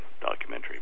documentary